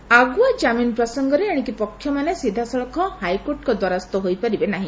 ଜାମିନ୍ ପ୍ରସଙ୍ଙ ଆଗୁଆ ଜାମିନ ପ୍ରସଙ୍ଗରେ ଏଶିକି ପକ୍ଷମାନେ ସିଧାସଳଖ ହାଇକୋର୍ଟଙ୍ଙ ଦ୍ୱାରସ୍ଥ ହୋଇପାରିବେ ନାହି